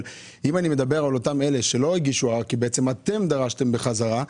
אבל אם אני מדבר על אלה שלא הגישו ערר כי בעצם אתם דרשתם בחזרה,